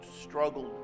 struggled